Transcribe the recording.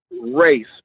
race